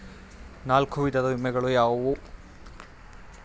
ನಾಲ್ಕು ವಿಧದ ವಿಮೆಗಳು ಯಾವುವು?